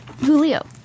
Julio